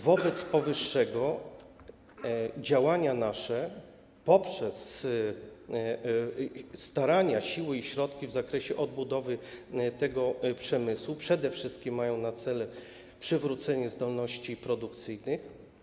Wobec powyższego działania nasze, poprzez starania, siły i środki w zakresie odbudowy tego przemysłu, przede wszystkim mają na celu przywrócenie zdolności produkcyjnych.